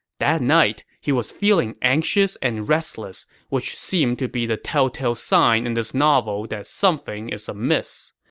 that night, he was feeling anxious and restless, which seems to be the telltale sign in this novel that something is amiss.